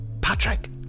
Patrick